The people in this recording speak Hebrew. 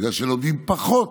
בגלל שלומדים פחות,